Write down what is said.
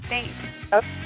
thanks